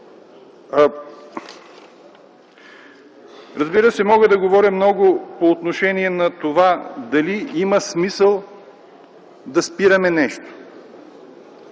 Разбира се, мога да говоря много по отношение на това дали има смисъл да спираме нещо.